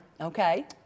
Okay